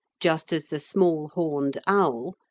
just as the small horned owl,